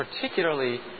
particularly